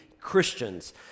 Christians